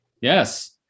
Yes